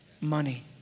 money